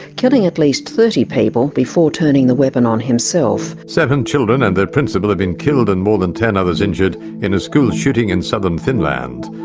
killing at least thirty people before turning the weapon on himself. seven children and their principal have been killed and more than ten others injured in a school shooting in southern finland.